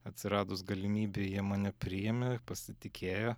atsiradus galimybei jie mane priėmė pasitikėjo